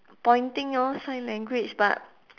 pointing orh sign language but